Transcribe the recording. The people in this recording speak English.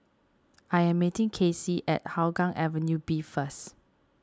I am meeting Kaycee at Hougang Avenue B first